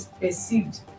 perceived